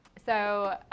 so